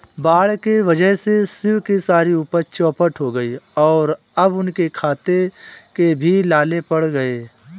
बाढ़ के वजह से शिव की सारी उपज चौपट हो गई और अब उनके खाने के भी लाले पड़ गए हैं